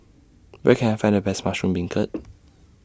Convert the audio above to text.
Where Can I Find The Best Mushroom Beancurd